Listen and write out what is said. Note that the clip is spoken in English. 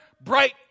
bright